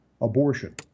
abortion